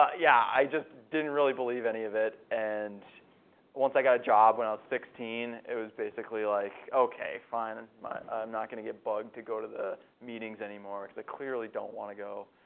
ah yeah i just didn't really believe any of it and once i got a job when i was sixteen, it was basically like okay fine. and i'm not going to get bugged to go to the meetings anymore because i clearly don't want to go.